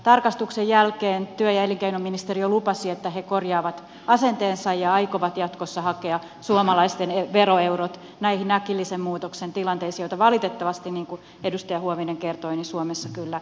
tarkastuksen jälkeen työ ja elinkeinoministeriö lupasi että he korjaavat asenteensa ja aikovat jatkossa hakea suomalaisten veroeurot näihin äkillisen muutoksen tilanteisiin joita valitettavasti niin kuin edustaja huovinen kertoi suomessa kyllä riittää